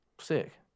sick